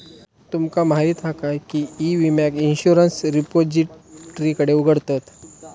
तुमका माहीत हा काय की ई विम्याक इंश्युरंस रिपोजिटरीकडे उघडतत